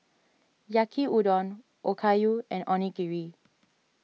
Yaki Udon Okayu and Onigiri